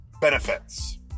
benefits